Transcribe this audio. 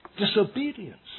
disobedience